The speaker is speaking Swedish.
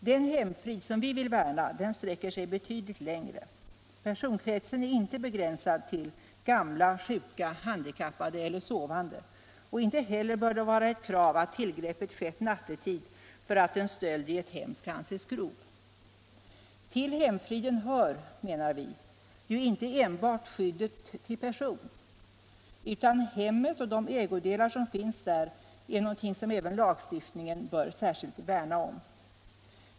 Den hemfrid som vi vill värna sträcker sig betydligt längre. Personkretsen är inte begränsad till gamla, sjuka, handikappade eller sovande, och inte heller bör det vara ett krav att tillgreppet skett nattetid för att en stöld i ett hem skall anses grov. Till hemfriden hör, menar vi, inte enbart skyddet till person, utan hemmet och de ägodelar som finns där är någonting som även lagstiftningen bör särskilt värna om.